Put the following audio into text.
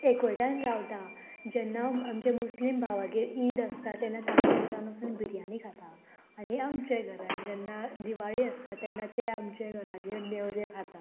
एकवटान रावता जेन्ना आमचे मुस्लीम भावागेर ईद आसता तेन्ना तांचे घरान वसून बिरयानी खाता आनी आमच्या घरान जेन्ना दिवाळी आसता तेन्ना ते आमच्या घरान घेवन नेवऱ्यो खाता